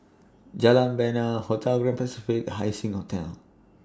Jalan Bena Hotel Grand Pacific Haising Hotel